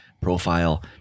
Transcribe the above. profile